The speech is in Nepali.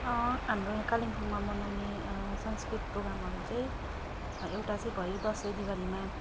हाम्रो यहाँ कालिम्पोङमा मनाउने सांस्कृतिक प्रोग्रामहरू चाहिँ एउटा चाहिँ भयो दसैँ दिवालीमा